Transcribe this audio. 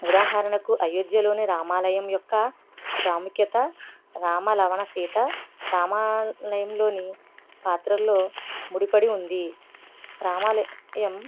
ఉదాహరణకు అయోధ్యలోని రామాలయం యొక్క ప్రాముఖ్యత రామ లలక్షణ సీత రామాలయంలోని పాత్రలలో ముడిపడి ఉంది రామాలయం